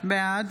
בעד